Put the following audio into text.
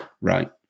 right